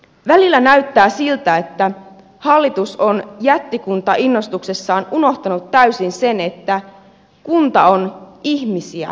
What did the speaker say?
välillä näyttää siltä että hallitus on jättikuntainnostuksessaan unohtanut täysin sen että kunta on ihmisiä varten